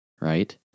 right